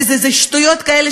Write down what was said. שטויות כאלה,